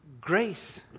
Grace